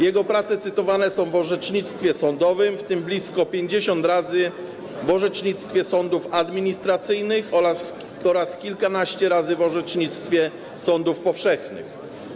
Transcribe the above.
Jego prace cytowane są w orzecznictwie sądowym, w tym blisko 50 razy w orzecznictwie sądów administracyjnych oraz kilkanaście razy w orzecznictwie sądów powszechnych.